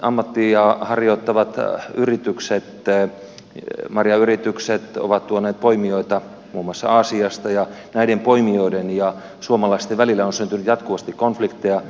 ammattia harjoittavat marjayritykset ovat tuoneet poimijoita muun muassa aasiasta ja näiden poimijoiden ja suomalaisten välille on syntynyt jatkuvasti konflikteja